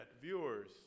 viewers